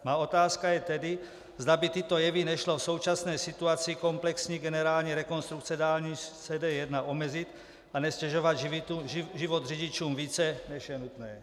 Má otázka je tedy, zda by tyto jevy nešlo v současné situaci komplexní generální rekonstrukce dálnice D1 omezit a neztěžovat život řidičům více, než je nutné.